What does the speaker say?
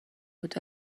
بود